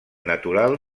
natural